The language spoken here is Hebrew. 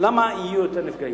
למה שיהיו יותר נפגעים?